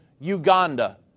Uganda